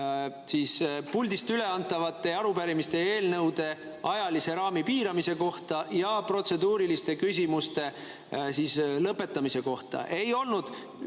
puldist üleantavate arupärimiste ja eelnõude ajalise raami piiramise kohta ja protseduuriliste küsimuste lõpetamise kohta. Ei olnud